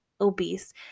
obese